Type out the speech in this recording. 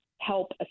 help